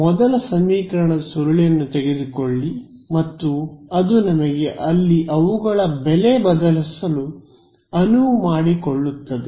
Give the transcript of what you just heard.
ಮೊದಲ ಸಮೀಕರಣದ ಸುರುಳಿಯನ್ನು ತೆಗೆದುಕೊಳ್ಳಿ ಮತ್ತು ಅದು ನಮಗೆ ಅಲ್ಲಿ ಅವುಗಳ ಬೆಲೆ ಬದಲಿಸಲು ಅನುವು ಮಾಡಿಕೊಡುತ್ತದೆ